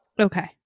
Okay